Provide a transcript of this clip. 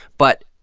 but,